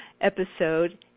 episode